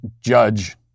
judge